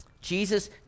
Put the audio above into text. jesus